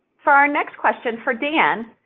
for our next question, for dan,